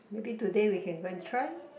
maybe today we can go and try